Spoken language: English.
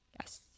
Yes